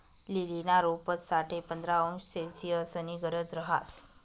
लीलीना रोपंस साठे पंधरा अंश सेल्सिअसनी गरज रहास